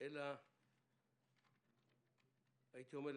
אלא הייתי אומר,